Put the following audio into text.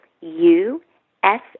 U-S